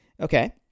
Okay